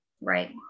Right